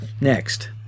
Next